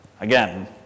Again